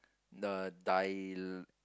the dil~